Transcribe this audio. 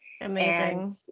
Amazing